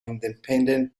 independent